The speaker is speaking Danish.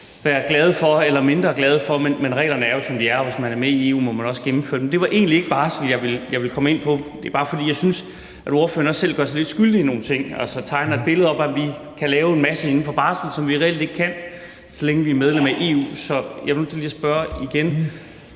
være glad for eller mindre glad for, men reglerne er jo, som de er, og hvis man er med i EU, må man også gennemføre dem. Men det var egentlig ikke barsel, jeg ville komme ind på. Det er bare, fordi jeg synes, ordføreren også selv gør sig lidt skyldig i nogle ting, altså tegner et billede af, at vi kan lave en masse inden for barsel, som vi reelt ikke kan, så længe vi er medlem af EU. Så jeg bliver nødt til lige at spørge igen: